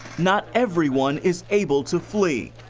not everyone is able to flee.